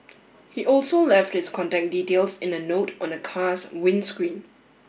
he also left his contact details in a note on the car's windscreen